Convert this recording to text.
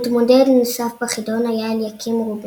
מתמודד נוסף בחידון, היה אליקים רובינשטיין.